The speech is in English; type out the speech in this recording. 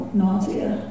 nausea